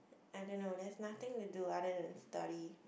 I don't know there's nothing to do other than study